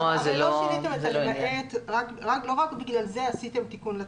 לא רק בגלל זה עשיתם תיקון לצו.